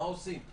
מה עושים?